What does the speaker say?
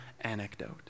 anecdote